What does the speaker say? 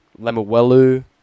Lemuelu